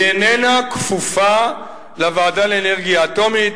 היא איננה כפופה לוועדה לאנרגיה אטומית.